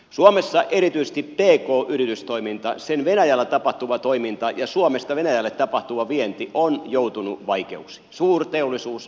suomessa erityisesti pk yritystoiminta sen venäjällä tapahtuva toiminta ja suomesta venäjälle tapahtuva vienti on joutunut vaikeuksiin suurteollisuus niinkään ei